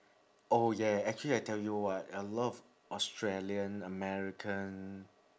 oh yeah actually I tell you what a lot of australian american